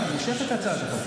תמשוך את הצעת החוק.